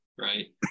right